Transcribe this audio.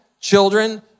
children